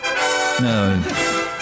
No